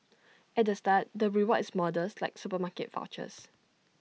at the start the reward is modest like supermarket vouchers